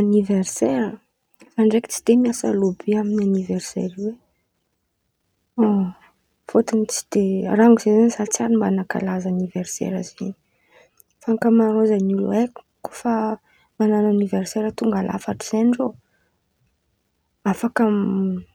Aniversera za ndraiky tsy de miasa loha be aminio aniversera io e, fôtiny tsy de rango- zahay zan̈y. Za tsy ary nankalaza aniversera zen̈y fa ankamarôzan̈y olo haiko ko fa man̈ano aniversera tonga lafatra zen̈y irô afaka